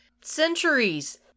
centuries